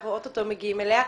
שאנחנו אוטוטו מגיעים אליה,